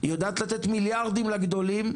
היא יודעת לתת מיליארדים לגדולים,